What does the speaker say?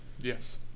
Yes